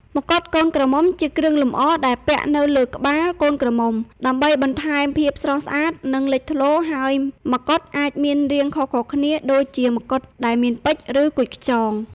មកុដកូនក្រមុំ ជាគ្រឿងលម្អដែលពាក់នៅលើក្បាលកូនក្រមុំ ដើម្បីបន្ថែមភាពស្រស់ស្អាត និងលេចធ្លោ ហើយ មកុដអាចមានរាងខុសៗគ្នា ដូចជាមកុដដែលមានពេជ្រ ឬគុជខ្យង។